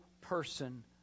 person